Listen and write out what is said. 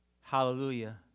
Hallelujah